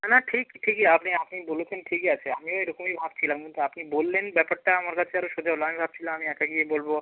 না না ঠিক ঠিকই আপনি আপনি বলেছেন ঠিকই আছে আমি এরকমই ভাবছিলাম কিন্তু আপনি বললেন ব্যাপারটা আমার কাছে আরও সোজা হলো আমি ভাবছিলাম আমি একা গিয়ে বলবো